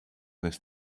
this